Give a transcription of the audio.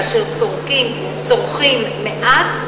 כאשר צורכים מעט,